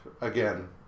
again